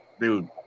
Dude